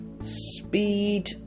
Speed